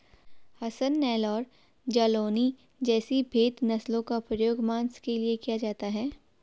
हसन, नेल्लौर, जालौनी जैसी भेद नस्लों का प्रयोग मांस के लिए किया जाता है